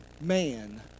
man